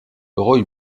roy